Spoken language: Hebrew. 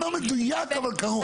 לא מדויק אבל קרוב.